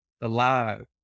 alive